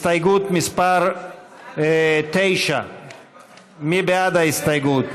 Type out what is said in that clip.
הסתייגות מס' 9. מי בעד ההסתייגות?